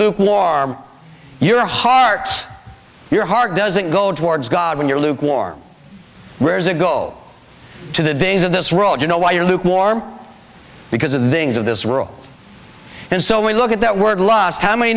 luke warm your heart your heart doesn't go towards god when you're lukewarm where's it go to the days of this road you know why you're lukewarm because of the things of this world and so we look at that word lust how many